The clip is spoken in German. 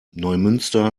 neumünster